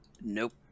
nope